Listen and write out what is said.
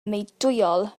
meudwyol